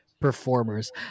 performers